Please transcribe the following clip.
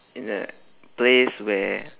in a place where